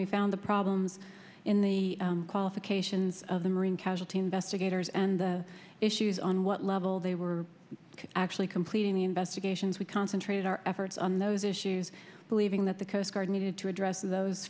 we found the problems in the qualifications of the marine casualties investigators and the issues on what level they were actually completing the investigations we concentrate our efforts on those issues believing that the coast guard needed to address those